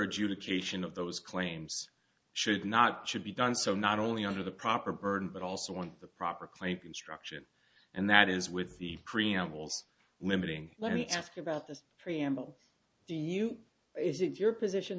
adjudication of those claims should not should be done so not only under the proper burden but also on the proper claim construction and that is with the korean wills limiting let me ask about this preamble to you is it your position